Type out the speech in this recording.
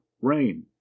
rain